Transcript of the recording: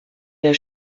der